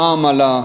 המע"מ עלה,